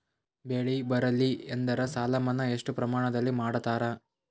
ಬೆಳಿ ಬರಲ್ಲಿ ಎಂದರ ಸಾಲ ಮನ್ನಾ ಎಷ್ಟು ಪ್ರಮಾಣದಲ್ಲಿ ಮಾಡತಾರ?